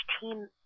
team